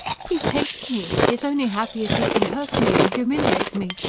he hates me he is only happy if he can hurt me and humiliate me.